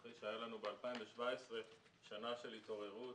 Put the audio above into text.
אחרי שהייתה לנו ב-2017 שנה של התעוררות